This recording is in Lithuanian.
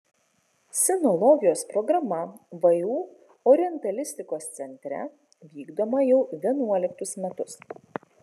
sinologijos programa vu orientalistikos centre vykdoma jau vienuoliktus metus